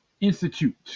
Institute